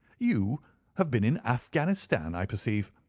you have been in afghanistan, i perceive.